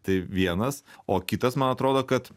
tai vienas o kitas man atrodo kad